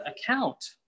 account